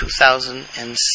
2007